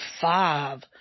five